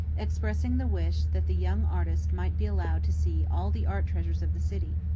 expressing the wish that the young artist might be allowed to see all the art treasures of the city.